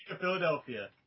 Philadelphia